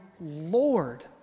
Lord